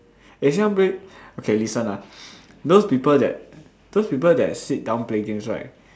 eh sit down play okay listen ah those people that those people that sit down play games right